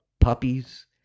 puppies